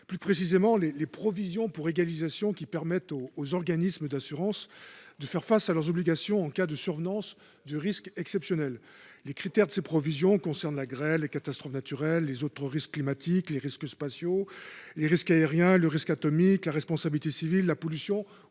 risque cyber. Les provisions pour égalisation sont destinées à permettre aux organismes d’assurance de faire face à leurs obligations en cas de survenance de risques exceptionnels, tels que la grêle, les catastrophes naturelles, les autres risques climatiques, les risques spatiaux, les risques aériens, le risque atomique, la responsabilité civile pollution